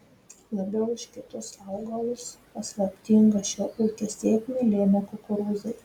labiau už kitus augalus paslaptingą šio ūkio sėkmę lėmė kukurūzai